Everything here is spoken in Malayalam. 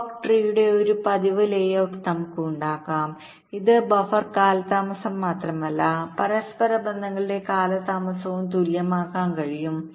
ക്ലോക്ക് ട്രീയുടെ ഒരു പതിവ് ലേ ഔട്ട് നമുക്ക് ഉണ്ടാകാം ഇത് ബഫർ കാലതാമസം മാത്രമല്ല പരസ്പരബന്ധങ്ങളുടെ കാലതാമസവും തുല്യമാക്കാൻ കഴിയും